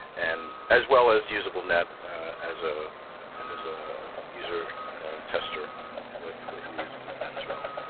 and as well as usablenet as ah as a user tester with with usablenet as well.